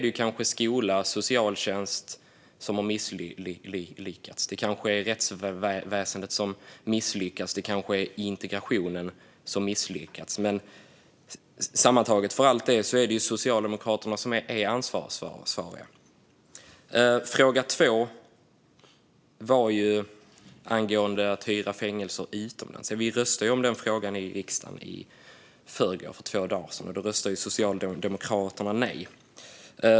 Det kanske är skolan och socialtjänsten som har misslyckats, det kanske är rättsväsendet som har misslyckats eller det kanske är integrationen som har misslyckats. Sammantaget är det Socialdemokraterna som är ansvariga för allt detta. Den andra frågan handlade om att hyra fängelser utomlands. Vi röstade om den frågan i riksdagen i förrgår, för två dagar sedan. Då röstade Socialdemokraterna nej.